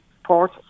support